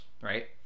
right